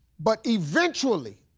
but eventually,